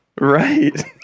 Right